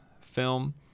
film